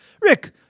Rick